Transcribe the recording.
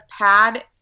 pad